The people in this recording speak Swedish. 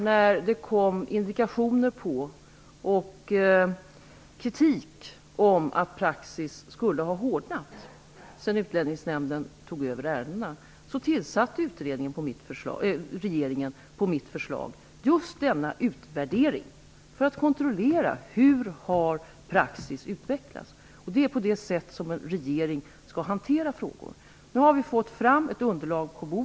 När det kom indikationer på och kritik om att praxis skulle ha hårdnat sedan Utlänningsnämnden tog över ärendena tillsatte regeringen på mitt förslag omedelbart denna utredning för att just kontrollera hur praxis har utvecklats. Det är på detta sätt som en regering skall hantera frågor. Nu har vi fått fram ett underlag.